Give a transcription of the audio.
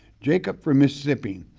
jacob from mississippi,